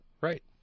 Right